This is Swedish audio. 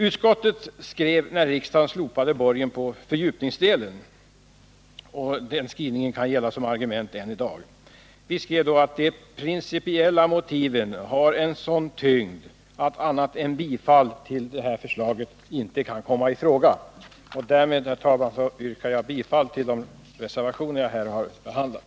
Utskottet skrev när riksdagen slopade borgen på fördjupningsdelen — och den skrivningen kan gälla som argument än i dag: De principiella motiven har sådan tyngd att annat än bifall till förslaget inte kan komma i fråga. Därmed, herr talman, yrkar jag bifall till de reservationer som jag här har behandlat.